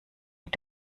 mit